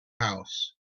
house